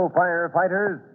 firefighters